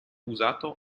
usato